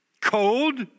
cold